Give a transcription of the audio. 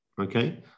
Okay